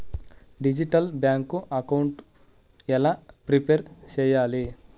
Digital bank account ఎలా prepare సెయ్యాలి?